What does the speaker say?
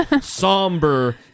somber